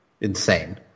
insane